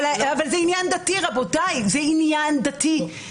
אבל זה עניין דתי, רבותיי, זה עניין דתי.